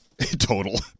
Total